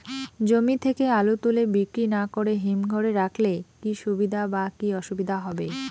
জমি থেকে আলু তুলে বিক্রি না করে হিমঘরে রাখলে কী সুবিধা বা কী অসুবিধা হবে?